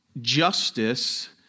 justice